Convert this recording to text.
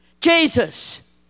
Jesus